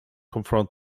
confront